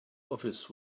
office